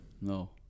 No